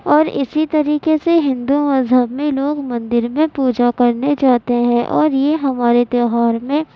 اور اسی طریقہ سے ہندو مذہب میں لوگ مندر میں پوجا کرنے جاتے ہیں اور یہ ہمارے تیوہار میں